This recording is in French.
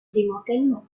démantèlement